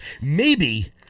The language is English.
maybe-